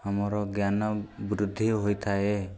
ଆମର ଜ୍ଞାନ ବୃଦ୍ଧି ହୋଇଥାଏ